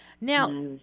Now